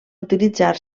utilitzar